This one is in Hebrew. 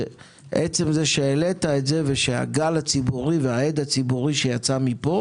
עצם זה שהעלית את זה וההד הציבורי שיצא מפה